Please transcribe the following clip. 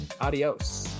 adios